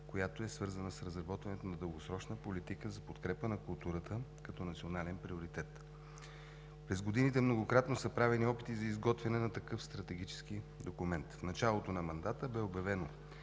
която е свързана с разработването на дългосрочна политика за подкрепа на културата като национален приоритет. През годините многократно са правени опити за изготвяне на такъв стратегически документ. В началото на мандата бе обявено,